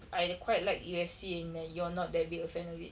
I quite like U_F_C and ah you're not that big a fan of it